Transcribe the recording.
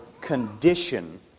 condition